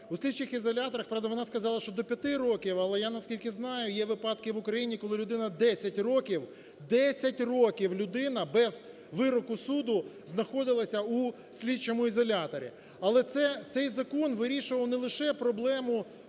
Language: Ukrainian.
У слідчих ізоляторах… Правда, вона сказала, що до 5 років, але я наскільки знаю, є випадки в Україні, коли людина 10 років, 10 років людина без вироку суду знаходилася у слідчому ізоляторі. Але цей закон вирішував не лише проблему